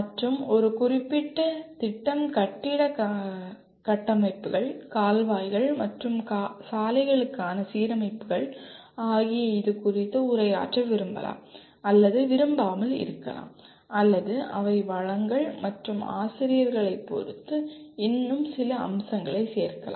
மற்றும் ஒரு குறிப்பிட்ட திட்டம் கட்டிடக் கட்டமைப்புகள் கால்வாய்கள் மற்றும் சாலைகளுக்கான சீரமைப்புகள் ஆகிய இதுகுறித்து உரையாற்ற விரும்பலாம் அல்லது விரும்பாமல் இருக்கலாம் அல்லது அவை வளங்கள் மற்றும் ஆசிரியர்களை பொறுத்து இன்னும் சில அம்சங்களைச் சேர்க்கலாம்